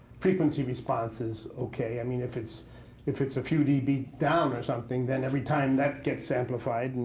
frequency response is ok i mean, if it's if it's a few db down or something, then every time that gets amplified.